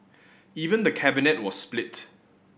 even the Cabinet was split